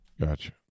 Gotcha